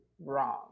wrong